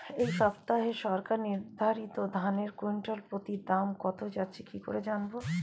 এই সপ্তাহে সরকার নির্ধারিত ধানের কুইন্টাল প্রতি দাম কত যাচ্ছে কি করে জানবো?